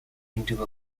into